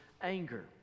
anger